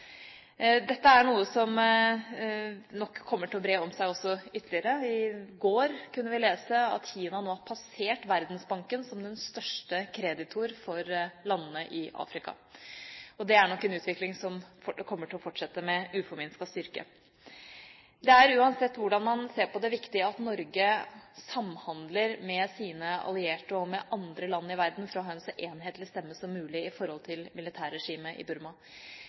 går kunne vi lese at Kina nå har passert Verdensbanken som den største kreditoren for landene i Afrika. Det er nok en utvikling som kommer til å fortsette med uforminsket styrke. Det er, uansett hvordan man ser på det, viktig at Norge samhandler med sine allierte og med andre land i verden for å ha en så enhetlig stemme som mulig når det gjelder forholdet til militærregimet i Burma.